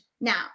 now